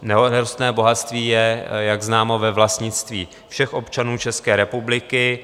Nerostné bohatství je, jak známo, ve vlastnictví všech občanů České republiky.